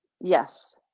yes